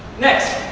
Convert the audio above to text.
next.